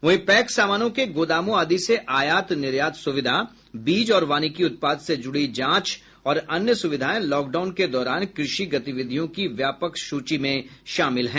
वहीं पैक सामानों के गोदामों आदि से आयात निर्यात सुविधा बीज और वानिकी उत्पाद से जुड़ी जांच और अन्य सुविधाएं लॉकडाउन के दौरान कृषि गतिविधियों की व्यापक सूची में शामिल है